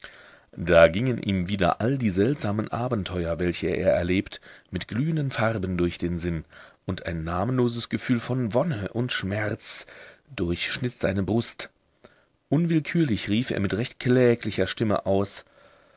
da gingen ihm wieder all die seltsamen abenteuer welche er erlebt mit glühenden farben durch den sinn und ein namenloses gefühl von wonne und schmerz durchschnitt seine brust unwillkürlich rief er mit recht kläglicher stimme aus